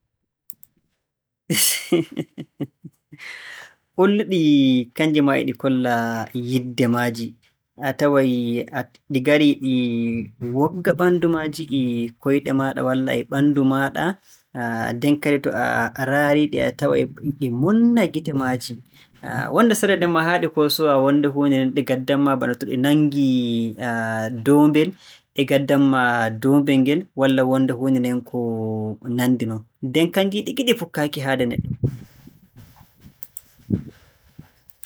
Ulluɗi kannji maa e ɗi kolla yiɗde maaji. A taway ɗi ngarii ɗi wogga ɓanndu maaji e koyɗe maaɗa walla e ɓanndu maaɗa. Nden kadi to a raari-ɗi a taway e ɗi munna gite maaji. Wonnde sarde nden maa haa ɗi koosowa wonnde huunde ɗi ngaddan ma bana to ɗi nanngii doombel ɗi ngaddan ma doombel ngel, walla wonnde huunde nden ko nanndi non. Nden kannji ɗi ngiɗi pukkaaki e haade neɗɗo.